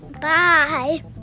bye